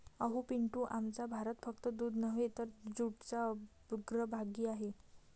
अहो पिंटू, आमचा भारत फक्त दूध नव्हे तर जूटच्या अग्रभागी आहे